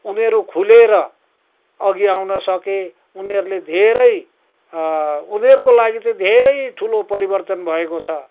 उनीहरू खुलेर अघि आउन सके उनीहरूले धेरै उनीहरूको लागि चाहिँ धेरै ठुलो परिवर्तन भएको छ